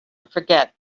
forget